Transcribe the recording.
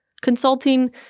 Consulting